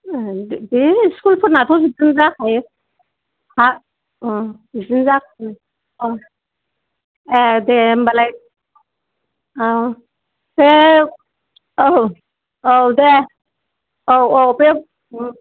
दे इस्कलुफोरनाथ' बिदिनो जाखायो हा बिदिनो जाखायो ए दे होनबालाय दै औ औ दे औ औ बे